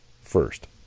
first